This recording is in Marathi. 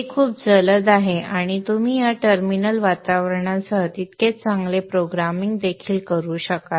हे खूप जलद आहे आणि तुम्ही या टर्मिनल वातावरणासह तितकेच चांगले प्रोग्रामिंग देखील करू शकाल